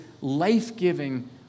life-giving